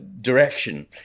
direction